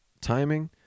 timing